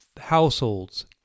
households